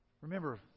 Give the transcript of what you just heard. Remember